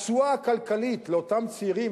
התשואה הכלכלית לאותם צעירים,